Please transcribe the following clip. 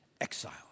exiles